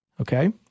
okay